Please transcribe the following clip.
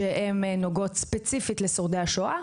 שנוגעות ספציפית לשורדי השואה.